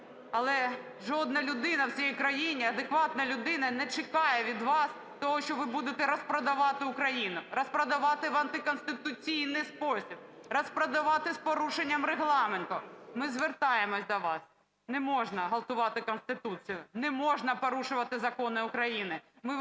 Але жодна людина в цій країні, адекватна людина не чекає від вас того, що ви будете розпродавати Україну, розпродавати в антиконституційний спосіб, розпродавати з порушенням регламенту. Ми звертаємося до вас: не можна ґвалтувати Конституцію, не можна порушувати закони України.